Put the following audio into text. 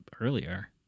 earlier